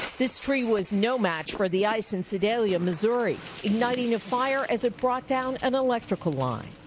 this tree was no match for the ice and so ah yeah missouri. igniting a fire, as it brought down an electrical line.